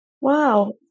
wow